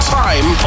time